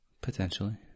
Potentially